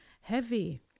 heavy